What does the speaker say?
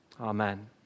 Amen